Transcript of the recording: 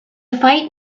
fight